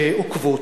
שעוקבות.